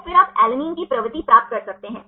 तो फिर आप अलैनिन की प्रवृत्ति प्राप्त कर सकते हैं